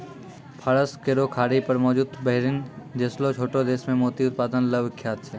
फारस केरो खाड़ी पर मौजूद बहरीन जैसनो छोटो देश मोती उत्पादन ल विख्यात छै